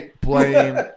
blame